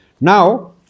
Now